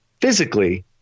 physically